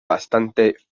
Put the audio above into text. bastante